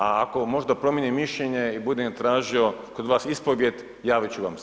A ako možda promijenim mišljenje i budem tražio kod vas ispovijed, javit ću vam se.